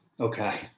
Okay